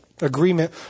agreement